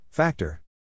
Factor